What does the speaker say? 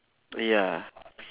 ya